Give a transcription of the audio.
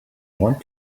want